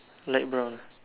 light brown